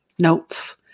Notes